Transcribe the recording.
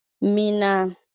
Mina